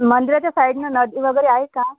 मंदिराच्या साईडनं नदी वगैरे आहे का